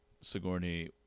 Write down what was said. sigourney